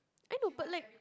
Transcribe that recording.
I know but like